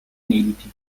inediti